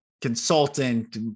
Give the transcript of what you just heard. consultant